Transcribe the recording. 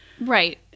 Right